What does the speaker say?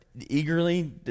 eagerly